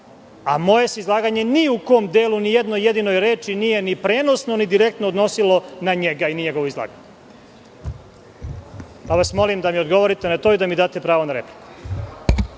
se izlaganje ni u kom delu, ni u jednoj jedinoj reči, ni prenosno, ni direktno nije odnosilo na njega i njegovo izlaganje. Molim vas da mi odgovorite na to i da mi date pravo na repliku.